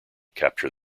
capture